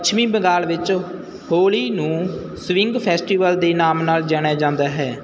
ਪੱਛਮੀ ਬੰਗਾਲ ਵਿੱਚ ਹੋਲੀ ਨੂੰ ਸਵਿੰਗ ਫੈਸਟੀਵਲ ਦੇ ਨਾਮ ਨਾਲ ਜਾਣਿਆ ਜਾਂਦਾ ਹੈ